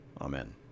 Amen